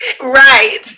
Right